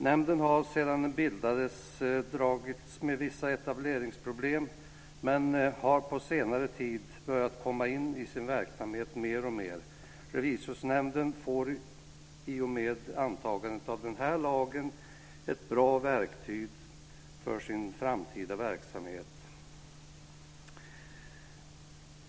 Nämnden har sedan den bildades dragits med vissa etableringsproblem, men har på senare tid börjat komma in i sin verksamhet mer och mer. Revisorsnämnden får i och med antagandet av denna lag ett bra verktyg för sin framtida verksamhet.